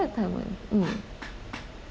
describe a time when mm